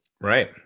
right